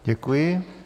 Děkuji.